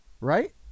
Right